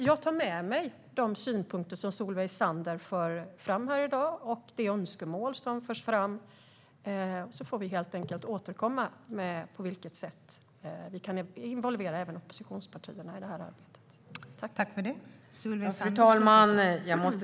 Jag tar med mig de synpunkter Solveig Zander för fram och de önskemål som förs fram. Vi får helt enkelt återkomma med på vilket sätt vi kan involvera även oppositionspartierna i detta arbete.